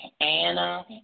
Anna